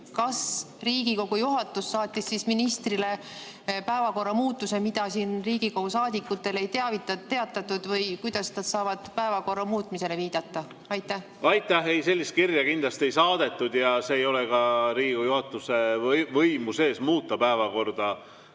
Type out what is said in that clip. Kas Riigikogu juhatus saatis siis ministritele päevakorra muudatuse, mida siin Riigikogu saadikutele ei teatatud, või kuidas nad saavad päevakorra muutumisele viidata? Aitäh! Ei, sellist kirja kindlasti ei saadetud ja see ei ole ka Riigikogu juhatuse võimuses muuta päevakorda.